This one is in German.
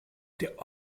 der